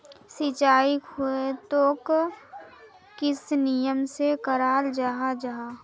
सिंचाई खेतोक किस नियम से कराल जाहा जाहा?